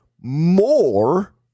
more